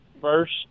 first